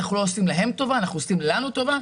אנחנו לא עושים להם טובה אנחנו עושים לנו טובה.